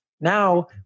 Now